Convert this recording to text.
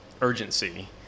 urgency